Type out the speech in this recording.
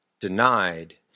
denied